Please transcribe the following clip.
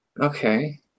Okay